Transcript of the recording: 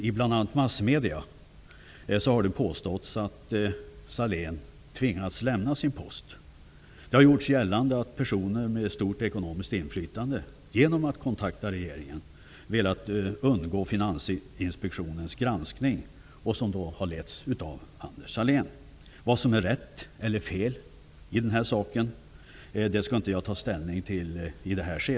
I bl.a. massmedia har det påståtts att Anders Sahlén tvingats lämna sin post. Det har gjorts gällande att personer med stort ekonomiskt inflytande, genom att kontakta regeringen, velat se till att undgå Finansinspektionens granskning som letts av Anders Sahlén. Jag tar i det här skedet inte ställning till vad som är rätt eller fel i ärendet.